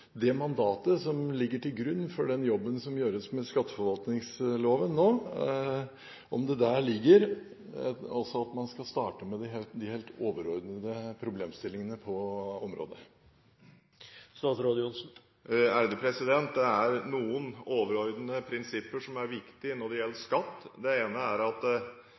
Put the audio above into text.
det mandatet som ligger til grunn for den jobben som gjøres med skatteforvaltningsloven nå, også ligger at man skal starte med de helt overordnede problemstillingene på området. Det er noen overordnede prinsipper som er viktige når det gjelder skatt. Det ene er at